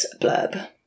blurb